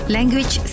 Language